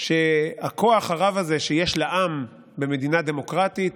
שהכוח הרב הזה שיש לעם במדינה דמוקרטית